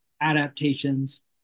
adaptations